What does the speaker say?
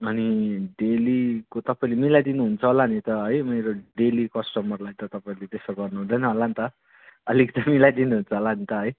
अनि डेलीको तपाईँले मिलाइदिनु हुन्छ होला नि त है मेरो डेली कस्टमरलाई त तपाईँले त्यासो गर्नु हुँदैन होला नि त अलिक त मिलाइदिनु हुन्छ होला नि त है